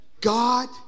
God